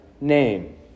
name